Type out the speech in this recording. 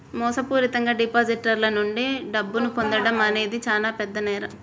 మోసపూరితంగా డిపాజిటర్ల నుండి డబ్బును పొందడం అనేది చానా పెద్ద నేరం